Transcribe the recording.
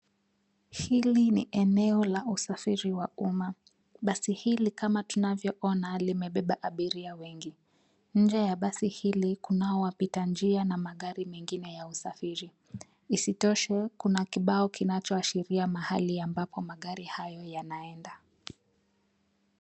Hili ni eneo la usafiri wa umma. Basi hili kama tunavyoona, limebeba abiria wengi, nje ya basi hili, kunao wapita njia na magari mengine ya usafiri, isitoshe, kuna kibao kinachoashiria mahali ambapo magari hayo yanaenda.